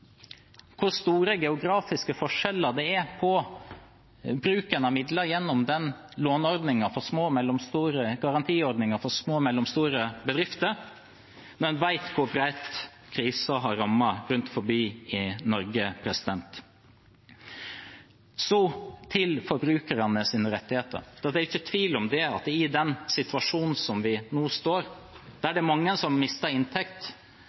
hvor store geografiske forskjeller det er på bruken av midler gjennom lånegarantiordningen for små og mellomstore bedrifter – når en vet hvor bredt krisen har rammet rundt omkring i Norge. Så til forbrukernes rettigheter: Det er ikke tvil om at i den situasjonen vi nå står i – der det er mange som har mistet inntekt,